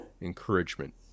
encouragement